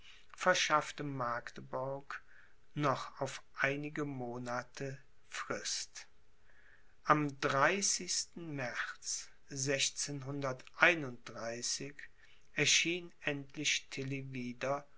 verschaffte magdeburg noch auf einige monate frist am maerz erschien endlich tilly wieder